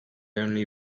only